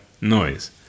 noise